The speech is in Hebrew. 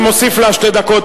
אני מוסיף לה שתי דקות,